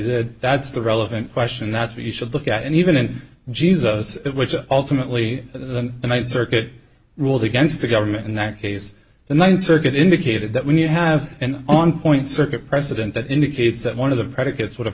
did that's the relevant question that's what you should look at and even in jesus which ultimately the ninth circuit ruled against the government in that case the ninth circuit indicated that when you have an on point circuit precedent that indicates that one of the predicates would